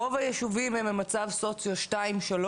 רוב היישובים הם במצב סוציו אקונומי 2 או 3,